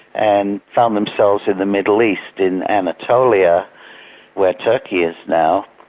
and found themselves in the middle east in anatolia where turkey is now.